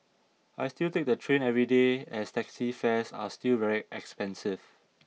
I still take the train every day as taxi fares are still very expensive